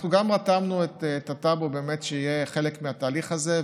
אנחנו גם רתמנו את הטאבו שיהיה חלק מהתהליך הזה,